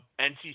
NC